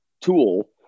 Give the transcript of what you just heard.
tool